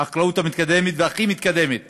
החקלאות הכי מתקדמת בעולם.